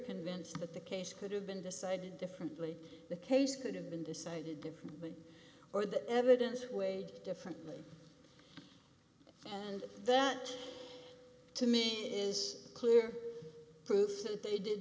convinced that the case could have been decided differently the case could have been decided differently or that evidence it weighed differently and that to me is clear proof that they did